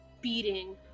beating